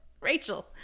Rachel